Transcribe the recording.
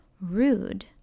rude